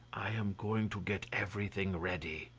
i am going to get everything ready.